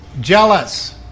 jealous